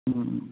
ᱦᱮᱸ